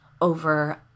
over